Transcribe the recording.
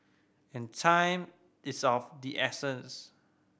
and time is of the essence